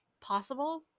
possible